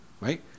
Right